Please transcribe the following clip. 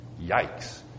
yikes